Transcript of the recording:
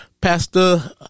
Pastor